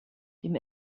dem